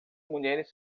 mulheres